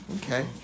okay